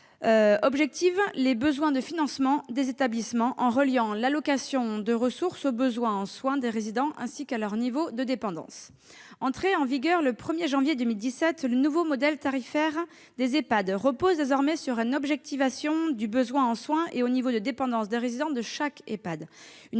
objective les besoins de financement des établissements en reliant l'allocation de ressources aux besoins en soins des résidents ainsi qu'à leur niveau de dépendance. Entré en vigueur au 1 janvier 2017, le nouveau modèle tarifaire des EHPAD repose désormais sur une objectivation du besoin en soins et du niveau de dépendance des résidents de chaque